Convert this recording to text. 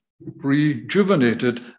rejuvenated